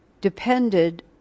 depended